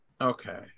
Okay